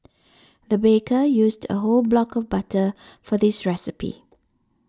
the baker used a whole block of butter for this recipe